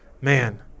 man